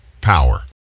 power